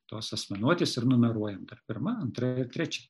tos asmenuotės ir numeruojam pirma antra ir trečia